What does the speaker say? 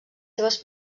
seves